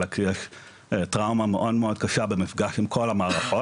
אלא כי יש טראומה מאוד מאוד קשה במפגש עם כל המערכות,